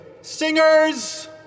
singers